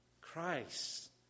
Christ